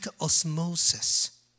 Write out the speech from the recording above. osmosis